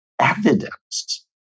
evidence